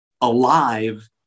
alive